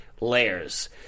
layers